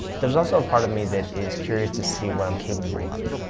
there's also a part of me that is curious to see what i'm capable of.